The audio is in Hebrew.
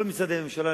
כל משרדי הממשלה,